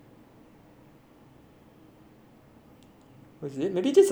it is maybe it's just part two of the project eh